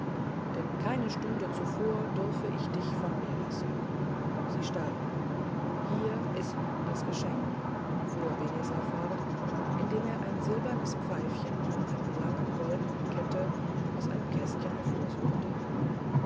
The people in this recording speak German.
denn keine stunde zuvor dürfe ich dich von mir lassen sie starb hier ist nun das geschenk fuhr benezar fort indem er ein silbernes pfeifchen an einer langen goldenen kette aus einem kästchen